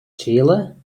chile